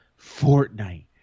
Fortnite